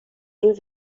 این